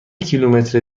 کیلومتر